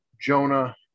Jonah